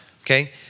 okay